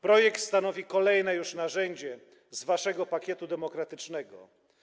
Projekt stanowi kolejne już narzędzie z waszego pakietu demokratycznego.